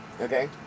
okay